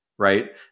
right